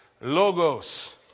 logos